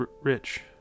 rich